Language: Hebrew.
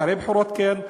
אחרי בחירות כן,